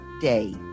Day